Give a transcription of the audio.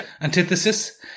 antithesis